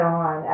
on